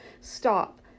stop